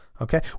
Okay